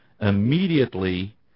immediately